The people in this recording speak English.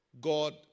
God